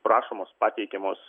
prašomos pateikiamos